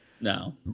No